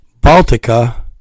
Baltica